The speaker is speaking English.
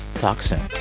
talk soon